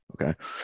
okay